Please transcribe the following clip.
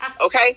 Okay